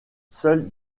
seuls